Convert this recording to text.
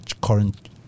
current